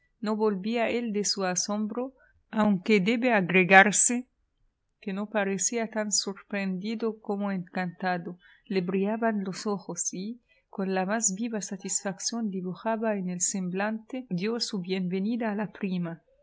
no volvía él de su asombro aunque debe agregarse que no parecía tan sorprendido como encantado le brillaban los ojos y con la más viva satisfacción dibujada en el semblante dió su bienvenida a la prima